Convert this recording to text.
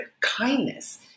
kindness